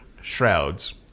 Shrouds